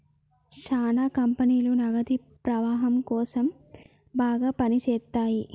శ్యానా కంపెనీలు నగదు ప్రవాహం కోసం బాగా పని చేత్తయ్యి